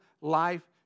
life